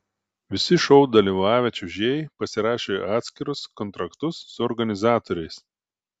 visi šou dalyvavę čiuožėjai pasirašė atskirus kontraktus su organizatoriais